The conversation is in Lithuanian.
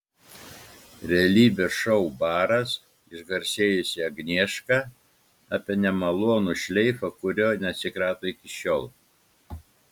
realybės šou baras išgarsėjusi agnieška apie nemalonų šleifą kurio neatsikrato iki šiol